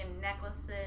necklaces